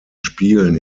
spielen